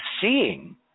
seeing